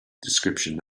description